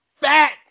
fat